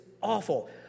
awful